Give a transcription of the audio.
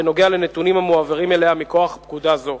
לסטטיסטיקה בנוגע לנתונים המועברים אליה מכוח פקודה זו.